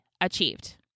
achieved